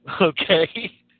okay